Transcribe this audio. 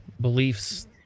beliefs